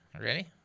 ready